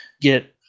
Get